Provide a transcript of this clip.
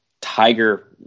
Tiger